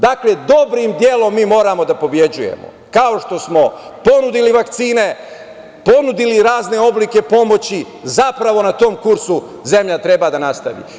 Dakle, dobrim delom mi moramo da pobeđujemo, kao što smo ponudili vakcine, ponudili razne oblike pomoći, zapravo na tom kursu zemlja treba da nastavi.